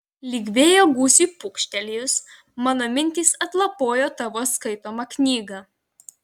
lyg vėjo gūsiui pūkštelėjus mano mintys atlapojo tavo skaitomą knygą